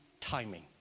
timing